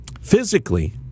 physically